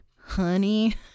honey